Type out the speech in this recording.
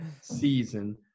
season